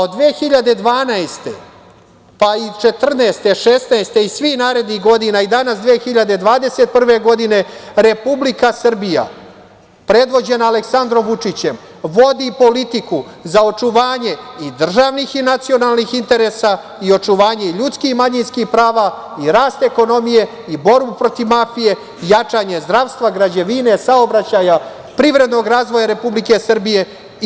Od 2012. pa i 2014, 2016. i svih narednih godina, i danas, 2021. godine, Republika Srbija, predvođena Aleksandrom Vučićem, vodi politiku za očuvanje i državnih i nacionalnih interesa i očuvanje ljudskih i manjinskih prava i rast ekonomije i borbu protiv mafije i jačanje zdravstva, građevine, saobraćaja, privrednog razvoja Republike Srbije.